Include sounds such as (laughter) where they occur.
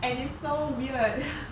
and it's so weird (laughs)